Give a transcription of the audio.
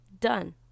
done